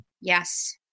Yes